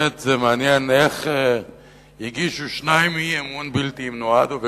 איך הגישו שניים אי-אמון בלתי אם נועדו,